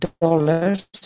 dollars